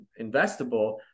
investable